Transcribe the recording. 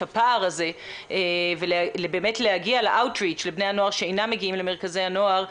הפער הזה ובאמת נגיע לבני הנוער שאינם מגיעים למרכזי הנוער,